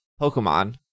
Pokemon